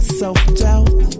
self-doubt